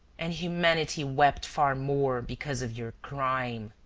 and humanity wept far more because of your crime.